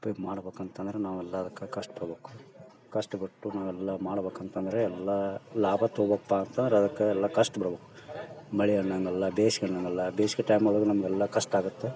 ಉಪ್ಯೋಗ ಮಾಡ್ಬೇಕ್ ಅಂತಂದ್ರೆ ನಾವೆಲ್ಲ ಅದಕ್ಕೆ ಕಷ್ಟ್ಪಡ್ಬೇಕು ಕಷ್ಟಪಟ್ಟು ನಾವೆಲ್ಲ ಮಾಡ್ಬೇಕ್ ಅಂತಂದ್ರೆ ಎಲ್ಲ ಲಾಭ ತೊಗೊಪ್ಪ ಅಂತಂದ್ರೆ ಅದಕ್ಕೆ ಎಲ್ಲ ಕಷ್ಟ್ಪಡ್ಬಕ್ ಮಳೆ ಅನ್ನಂಗಿಲ್ಲ ಬೇಸ್ಗೆ ಅನ್ನಂಗಿಲ್ಲ ಬೇಸ್ಗೆ ಟೈಮೊಳಗೆ ನಮಗೆಲ್ಲ ಕಷ್ಟ ಆಗುತ್ತೆ